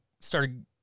started